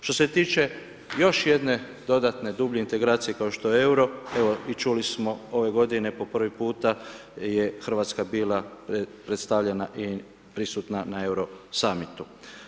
Što se tiče još jedne dodatne dublje integracije kao što je euro, evo i čuli smo ove godine po prvi puta je Hrvatska bila predstavljena i prisutna na Euro summitu.